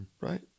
Right